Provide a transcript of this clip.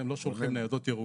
הם לא שולחים ניידות ירוקות.